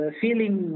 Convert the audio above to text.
feeling